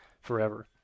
forever